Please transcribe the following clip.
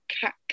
cat